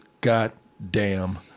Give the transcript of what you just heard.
goddamn